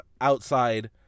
outside